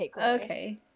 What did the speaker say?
okay